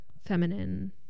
feminine